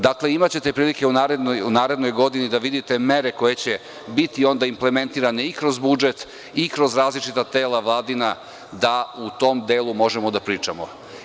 Dakle, imaćete prilike u narednoj godini da vidite mere koje će biti onda implementirane i kroz budžet i kroz različita tela Vladina da u tom delu možemo da pričamo.